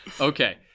okay